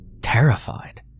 terrified